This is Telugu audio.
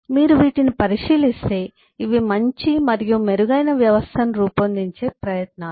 మీరు వీటిని పరిశీలిస్తే ఇవి మంచి మరియు మెరుగైన వ్యవస్థను రూపొందించే ప్రయత్నాలు